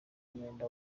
umwenda